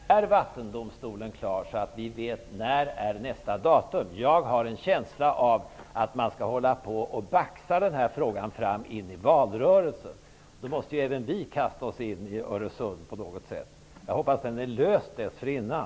Fru talman! Jag frågade mycket klart: När är Vattendomstolen klar? Jag ställer frågan för att vi skall veta nästa datum. Jag har en känsla av att den här frågan skall så att säga baxas in i valrörelsen. Då måste även vi kasta oss in i ''Öresund'' på något sätt. Men jag hoppas att frågan är löst dessförinnan.